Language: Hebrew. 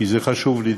כי זה חשוב לי,